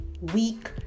weak